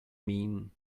mean